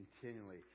continually